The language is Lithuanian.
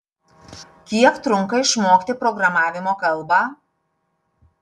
kiek trunka išmokti programavimo kalbą